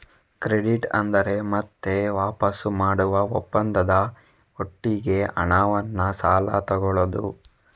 credit ಅಂದ್ರೆ ಮತ್ತೆ ವಾಪಸು ಮಾಡುವ ಒಪ್ಪಂದದ ಒಟ್ಟಿಗೆ ಹಣವನ್ನ ಸಾಲ ತಗೊಳ್ಳುದು